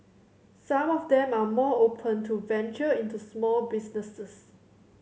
some of them are more open to venture into small businesses